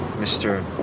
mr?